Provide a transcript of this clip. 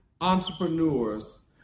entrepreneurs